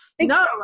no